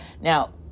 Now